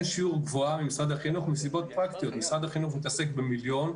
שיעור גבוהה ממשרד החינוך מסיבות פרקטיות משרד החינוך מתעסק במיליון,